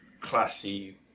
classy